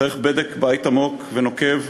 צריך בדק-בית עמוק ונוקב: